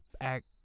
act